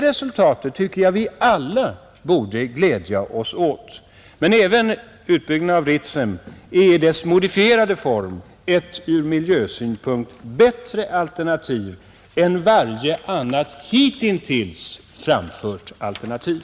Resultatet tycker jag vi alla borde glädja oss åt. Men även utbyggnaden av Ritsem i dess modifierade form är ett ur miljösynpunkt bättre alternativ än varje annat hittills framfört alternativ.